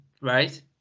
right